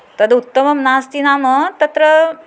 तद् उत्तमं नास्ति नाम तत्र